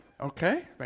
Okay